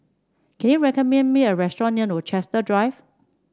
can you recommend me a restaurant near Rochester Drive